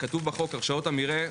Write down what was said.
כתוב בחוק הרשאות המרעה,